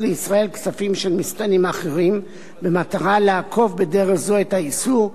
לישראל כספים של מסתננים אחרים במטרה לעקוף בדרך זו את האיסור,